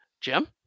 Jim